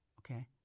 Okay